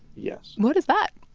yes what is that?